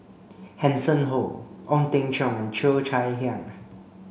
Hanson Ho Ong Teng Cheong and Cheo Chai Hiang